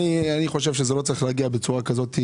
אני חושב שזה לא צריך להגיע בצורה כזאת מרובה.